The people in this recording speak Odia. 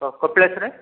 କପିଳାସରେ